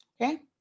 okay